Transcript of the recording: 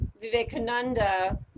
Vivekananda